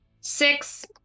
six